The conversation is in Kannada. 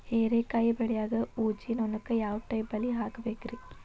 ಹೇರಿಕಾಯಿ ಬೆಳಿಯಾಗ ಊಜಿ ನೋಣಕ್ಕ ಯಾವ ಟೈಪ್ ಬಲಿ ಹಾಕಬೇಕ್ರಿ?